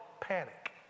panic